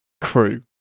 crew